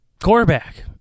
quarterback